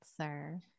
sir